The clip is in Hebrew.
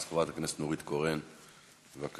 חברת הכנסת נורית קורן, בבקשה,